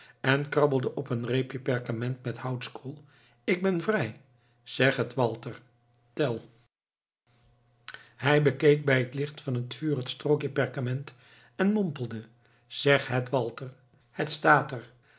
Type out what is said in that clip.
en krabbelde op een reepje perkament met houtskool ik ben vrij zeg het walter tell hij bekeek bij het licht van het vuur het strookje perkament en mompelde zeg het walter het staat er